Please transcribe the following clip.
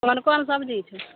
कोन कोन सब्जी छै